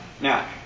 Now